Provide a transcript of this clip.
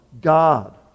God